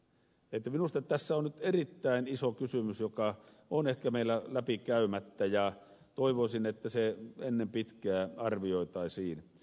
minusta tässä on nyt erittäin iso kysymys joka on ehkä meillä läpikäymättä ja toivoisin että se ennen pitkää arvioitaisiin